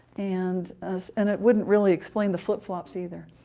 and and it wouldn't really explain the flip-flops, either.